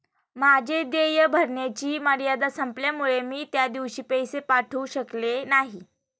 माझे देय भरण्याची मर्यादा संपल्यामुळे मी त्या दिवशी पैसे पाठवू शकले नाही